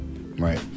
right